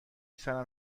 سرم